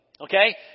Okay